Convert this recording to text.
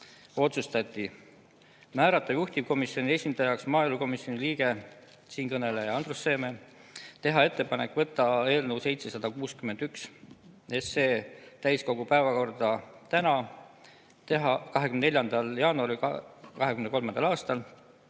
Otsustati määrata juhtivkomisjoni esindajaks maaelukomisjoni liige, siinkõneleja, Andrus Seeme, teha ettepanek võtta eelnõu 761 täiskogu päevakorda tänaseks, 24. jaanuariks 2023. aastal,